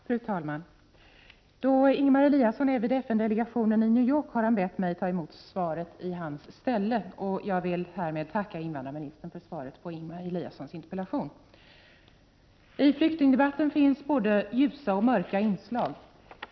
Fru talman! Då Ingemar Eliasson är vid FN-delegationen i New York har han bett mig att ta emot svaret i hans ställe, och jag vill härmed tacka invandrarministern för svaret på Ingemar Eliassons interpellation. I flyktingdebatten finns både ljusa och mörka inslag.